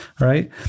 right